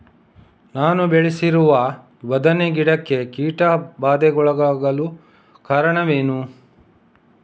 ನಾನು ಬೆಳೆಸಿರುವ ಬದನೆ ಗಿಡಕ್ಕೆ ಕೀಟಬಾಧೆಗೊಳಗಾಗಲು ಕಾರಣವೇನು?